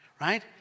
Right